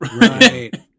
Right